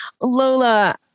lola